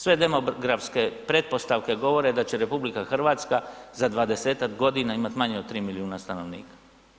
Sve demografske pretpostavke govore da će RH za dvadesetak godina imat manje od 3 milijuna stanovnika.